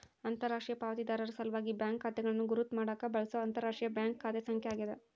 ಅಂತರರಾಷ್ಟ್ರೀಯ ಪಾವತಿದಾರರ ಸಲ್ವಾಗಿ ಬ್ಯಾಂಕ್ ಖಾತೆಗಳನ್ನು ಗುರುತ್ ಮಾಡಾಕ ಬಳ್ಸೊ ಅಂತರರಾಷ್ಟ್ರೀಯ ಬ್ಯಾಂಕ್ ಖಾತೆ ಸಂಖ್ಯೆ ಆಗ್ಯಾದ